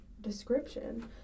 description